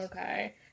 Okay